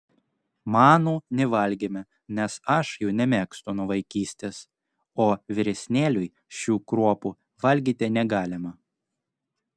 manų nevalgėme nes aš jų nemėgstu nuo vaikystės o vyresnėliui šių kruopų valgyti negalima